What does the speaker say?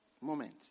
moment